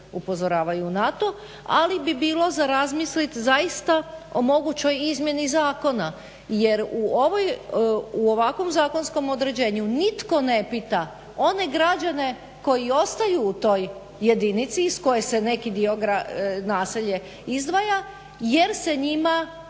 upozoravaju na to. ali bi bilo za razmisliti zaista o mogućoj izmjeni zakona jer u ovakvom zakonskom određenju nitko ne pita one građane koji ostaju u toj jedinici iz koje se neki dio naselje izdvaja jer se njima